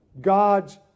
God's